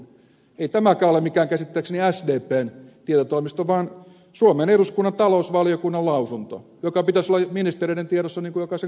ei tämäkään ole käsittääkseni mikään sdpn tietotoimisto vaan suomen eduskunnan talousvaliokunnan lausunto jonka pitäisi olla ministereiden tiedossa niin kuin jokaisen kansanedustajankin tiedossa